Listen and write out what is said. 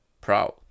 proud